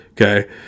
Okay